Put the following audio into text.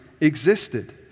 existed